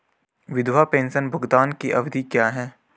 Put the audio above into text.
विधवा पेंशन भुगतान की अवधि क्या है?